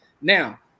Now